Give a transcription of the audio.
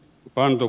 pandu